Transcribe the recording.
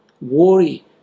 worry